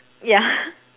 yeah